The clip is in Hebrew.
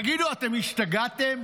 תגידו, אתם השתגעתם?